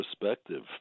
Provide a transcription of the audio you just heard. perspective